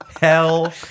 Hell